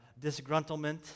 disgruntlement